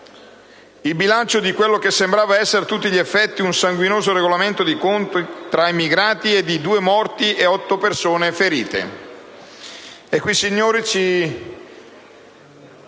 Il bilancio di quello che sembra essere a tutti gli effetti un sanguinoso regolamento di conti tra immigrati è di due morti e otto persone ferite.